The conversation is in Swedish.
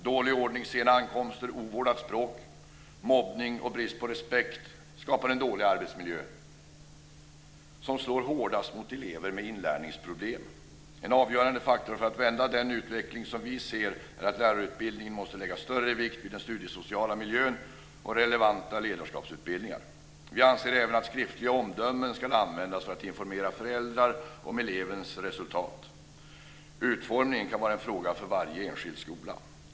Dålig ordning, sena ankomster, ovårdat språk, mobbning och brist på respekt skapar en dålig arbetsmiljö som slår hårdast mot elever med inlärningsproblem. En avgörande faktor för att vända den utveckling som vi ser är att man vid lärarutbildningen måste lägga större vikt vid den studiesociala miljön och relevanta ledarskapsutbildningar. Vi anser även att skriftliga omdömen ska användas för att informera föräldrar om elevens resultat. Utformningen kan vara en fråga för varje enskild skola.